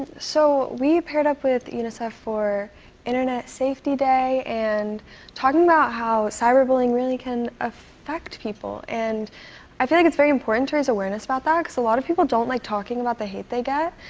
so, we paired up with unicef for internet safety day and talking about how cyberbullying really can affect people. and i feel like it's very important to raise awareness about that cause a lot of people don't like talking about the hate they get.